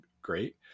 great